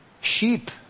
Sheep